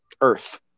earth